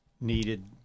needed—